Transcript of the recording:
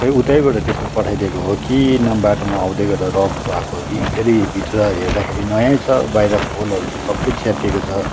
खोई उतैबाट त्यस्तो पठाइदिएको हो कि न बाटोमा आउँदै गर्दा रफ भएको हो कि फेरि भित्र हेर्दाखेरि नयाँ छ बाहिर खोलहरू चाहिँ सबै च्यातिएको छ